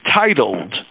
titled